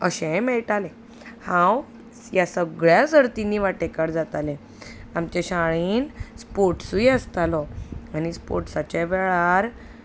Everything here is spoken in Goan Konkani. अशेंय मेळटालें हांव ह्या सगळ्या सर्तींनी वांटेकार जातालें आमच्या शाळेन स्पोर्ट्सूय आसतालो आनी स्पोर्ट्साच्या वेळार